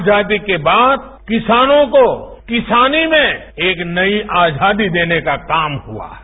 आजादी के बाद किसानों को किसानी में एक नई आजादी देने का काम हुआ है